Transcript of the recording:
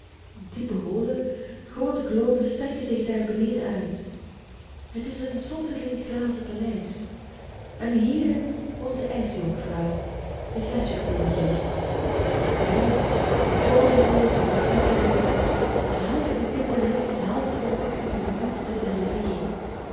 diepe holen groote kloven strekken zich daar beneden uit het is een zonderling glazen paleis en hierin woont de ijsjonkvrouw de gletscherkoningin zij de doodende de verpletterende is half een kind der lucht half de machtige gebiedster der rivier